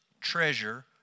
treasure